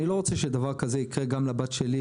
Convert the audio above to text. אני לא רוצה שדבר כזה יקרה גם לבת שלי,